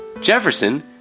Jefferson